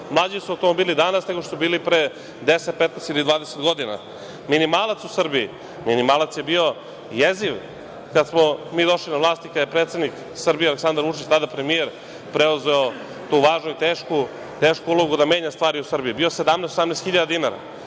mlađi su automobili danas nego što su bili pre 10, 15 ili 20 godina. Minimalac u Srbiji, minimalac je bio jeziv kad smo mi došli na vlast i kad je predsednik Srbije Aleksandar Vučić, tada premijer, preuzeo tu važnu i tešku ulogu da menja stvari u Srbiji, bio 17.000, 18.000 dinara.